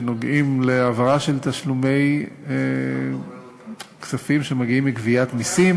שנוגעים להעברה של תשלומי כספים שמגיעים מגביית מסים,